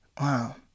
Wow